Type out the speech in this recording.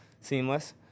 seamless